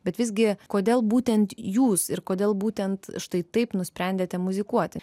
bet visgi kodėl būtent jūs ir kodėl būtent štai taip nusprendėte muzikuoti